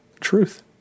Truth